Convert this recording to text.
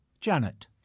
Janet